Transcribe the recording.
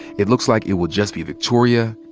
it looks like it will just be victoria,